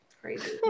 crazy